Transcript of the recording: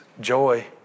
joy